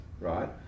right